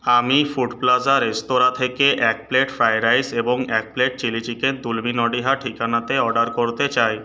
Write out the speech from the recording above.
আমি food plaza রেস্তোরাঁ থেকে এক প্লেট ফ্রাইড রাইস এবং এক প্লেট চিলি চিকেন তুলবি নডিহা ঠিকানাতে অর্ডার করতে চাই